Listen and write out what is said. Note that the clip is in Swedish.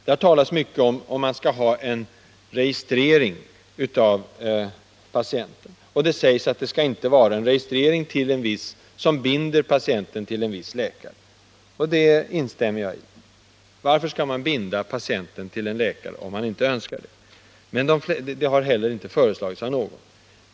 Det har talats mycket om huruvida det skall förekomma registrering av patienter. Det sägs att det inte skall vara en registrering som binder patienter till en viss läkare. Det instämmer jag i. Varför skall man binda en patient till en läkare om han inte önskar det? Något sådant har inte heller föreslagits.